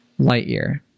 Lightyear